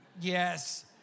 yes